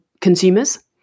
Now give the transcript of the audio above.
consumers